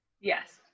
Yes